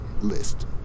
list